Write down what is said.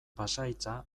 pasahitza